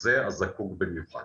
זה הזקוק במיוחד.